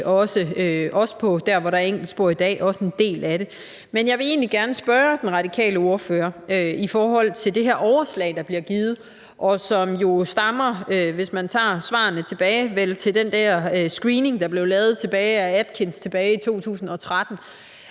også der, hvor der er enkeltspor i dag – også en del af det. Jeg vil egentlig gerne spørge den radikale ordfører om det her overslag, der bliver givet, og som jo, hvis man kigger tilbage på svarene, stammer fra den screening, der blev lavet af Atkins tilbage i 2013.